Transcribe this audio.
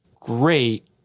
great